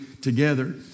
together